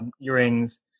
earrings